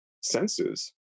senses